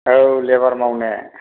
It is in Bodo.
औ लेबार मावनो